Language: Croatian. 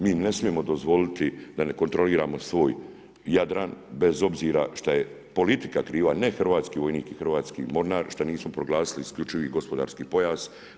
Mi ne smijemo dozvoliti da ne kontroliramo svoj Jadran bez obzira što je politika kriva ne hrvatski vojnik i hrvatski mornar što nismo proglasili isključivi gospodarski pojas.